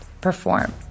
perform